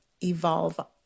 evolve